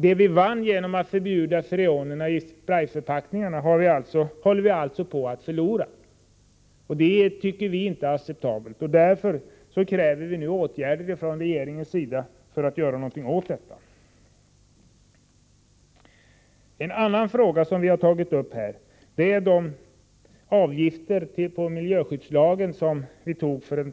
Det vi vann genom att förbjuda freonerna i sprayförpackningar håller vi alltså på att förlora. Det tycker vi inte är acceptabelt, och därför kräver vi åtgärder från regeringens sida. En annan fråga som vi tagit upp är de avgifter beträffande miljöskyddslagen som vi fattade beslut om för en